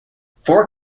four